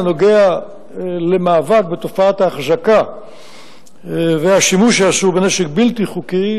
הקשור למאבק בתופעת ההחזקה והשימוש האסור בנשק בלתי חוקי,